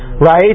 right